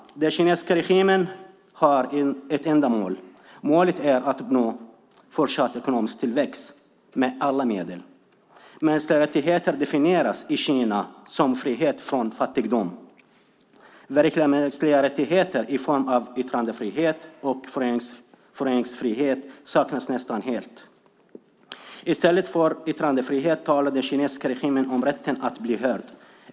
Den kinesiska regimen har ett enda mål: att uppnå fortsatt ekonomisk tillväxt med alla medel. Mänskliga rättigheter definieras i Kina som frihet från fattigdom. Verkliga mänskliga rättigheter i form av yttrandefrihet och föreningsfrihet saknas nästan helt. I stället för yttrandefrihet talar den kinesiska regimen om rätten att bli hörd.